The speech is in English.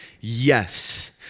yes